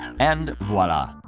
and voila!